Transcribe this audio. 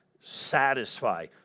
satisfy